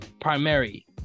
primary